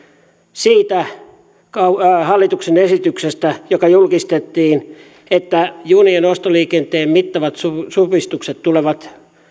siitä hallituksen esityksestä joka julkistettiin että junien ostoliikenteen mittavat supistukset tulevat